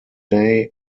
day